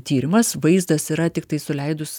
tyrimas vaizdas yra tiktai suleidus